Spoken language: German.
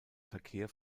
verkehr